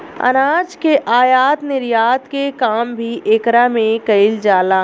अनाज के आयत निर्यात के काम भी एकरा में कईल जाला